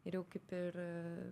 ir jau kaip ir